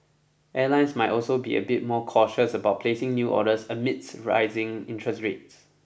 airlines might also be a bit more cautious about placing new orders amidst rising interest rates